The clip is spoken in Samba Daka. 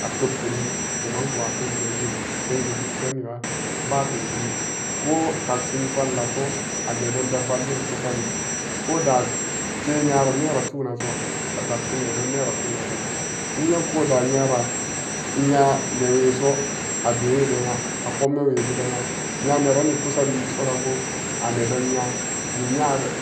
Atepkuri buman goon apenjanginan jangi dusheniga bapene ko takshin vallso anedonde vallin kugariwii ko da te nyara nera tunaso a takshin nedon naira tuna de nya nyen ko da nyara, nya neweso abewe-wede nyan apopmemwebu de nyam nya nerani kusari wii sorambo a nedon nyon dim nyare